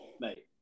Mate